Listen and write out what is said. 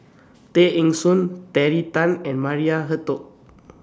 Tay Eng Soon Terry Tan and Maria Hertogh